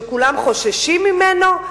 שכולם חוששים ממנו.